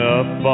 up